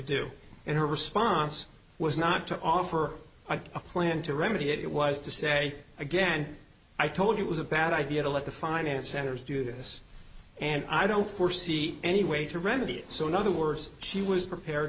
her response was not to offer a plan to remedy it it was to say again i told it was a bad idea to let the finance centers do this and i don't foresee any way to remedy it so in other words she was prepared